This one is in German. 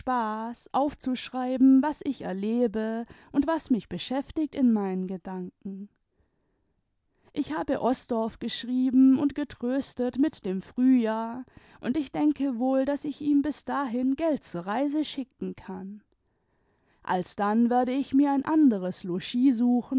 aufzuschreiben was ich erlebe imd was mich beschäftigt in meinen gedanken ich habe osdorff geschrieben und getröstet mit dem frühjahr tmd ich denke wohl daß ich ihm bis dahin geld zur reise schicken kann alsdann werde ich mir ein anderes logis suchen